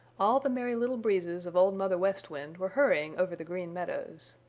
all the merry little breezes of old mother west wind were hurrying over the green meadows.